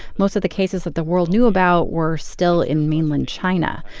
most of the cases that the world knew about were still in mainland china.